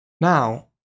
Now